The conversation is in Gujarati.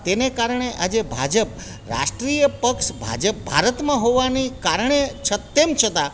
તેને કારણે આજે ભાજપ રાષ્ટ્રિય પક્ષ ભાજપ ભારતમાં હોવાની કારણે છે તેમ છતાં